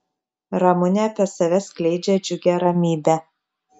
ramunė apie save skleidžia džiugią ramybę